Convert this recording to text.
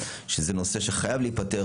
נושא שחייב להיפתר,